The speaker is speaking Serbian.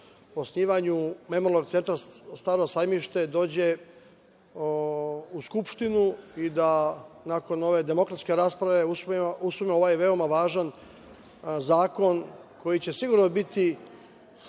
osnivanju Memorijalnog centra „Staro Sajmište“ dođe u Skupštinu i da nakon ove demokratske rasprave usvojimo ovaj veoma važan zakon koji će sigurno biti